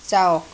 যাওক